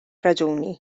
raġuni